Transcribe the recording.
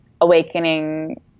awakening